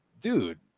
dude